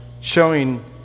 showing